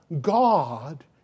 God